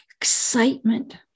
excitement